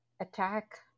attack